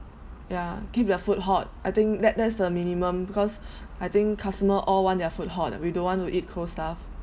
ya keep your food hot I think that that's the minimum because I think customer all want their food hot we don't want to eat cold stuff